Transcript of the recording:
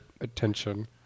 attention